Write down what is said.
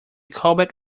cobalt